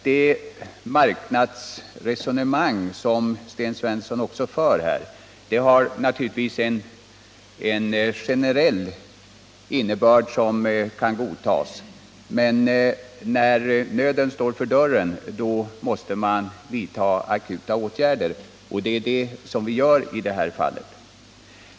Sten Svenssons generella marknadsresonemang kan naturligtvis godtas, men när nöden står för dörren måste man vidta akuta åtgärder, och det är det som vi gör i detta fall.